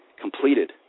completed